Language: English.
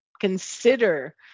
consider